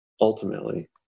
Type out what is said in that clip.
ultimately